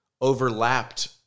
overlapped